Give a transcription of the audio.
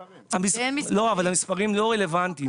המספרים לא רלוונטיים.